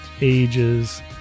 ages